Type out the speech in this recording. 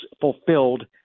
fulfilled